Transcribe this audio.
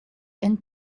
and